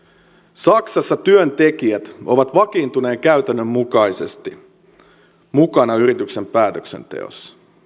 saksassa työntekijät ovat vakiintuneen käytännön mukaisesti mukana yrityksen päätöksenteossa